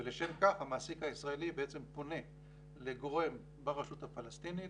ולשם כך המעביד הישראלי פונה לגורם ברשות הפלסטינית,